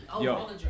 yo